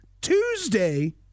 Tuesday